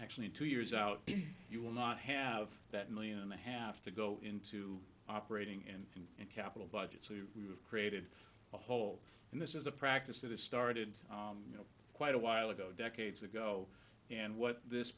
actually in two years out you will not have that million and a half to go into operating in the capital budget so you we've created a hole and this is a practice that has started you know quite a while ago decades ago and what this